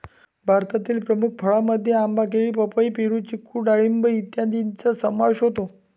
भारतातील प्रमुख फळांमध्ये आंबा, केळी, पपई, पेरू, चिकू डाळिंब इत्यादींचा समावेश होतो